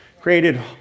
Created